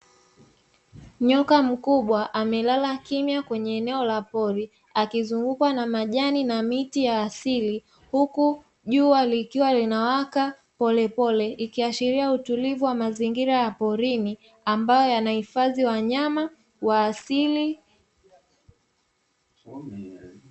Nyoka mkubwa amelala kimya kwenye eneo la pori akizungukwa na majani na miti ya asili, huku jua likiwa linawaka polepole ikiashiria utulivu wa mazingira ya porini ambayo yanahifadhi wanyama wa asili.